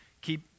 keep